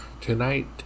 Tonight